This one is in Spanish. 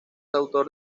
autor